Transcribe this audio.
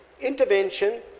intervention